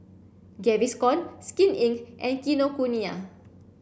Gaviscon Skin Inc and Kinokuniya